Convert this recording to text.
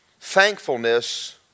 Thankfulness